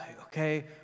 okay